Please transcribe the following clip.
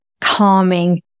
calming